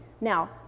now